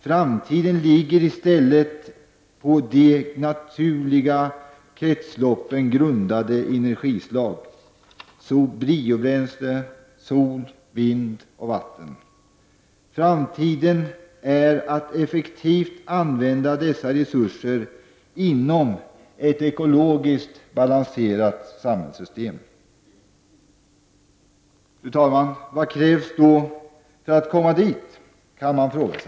Framtiden ligger i stället i på de naturliga kretsloppen grundade energislag: biobränsle, sol, vind och vatten. Framtiden är att effektivt använda dessa resurser inom ett ekologiskt balanserat samhällssystem. Fru talman! Vad krävs då för att komma dit?